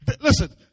Listen